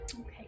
Okay